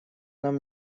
нам